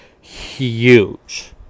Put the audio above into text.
huge